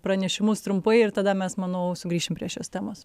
pranešimus trumpai ir tada mes manau sugrįšim prie šios temos